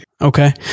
Okay